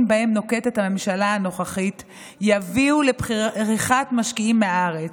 שבהם נוקטת הממשלה הנוכחית יביאו לבריחת משקיעים מהארץ,